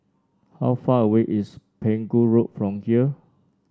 how far away is Pegu Road from here